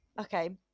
Okay